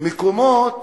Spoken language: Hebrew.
מקומות